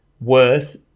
worth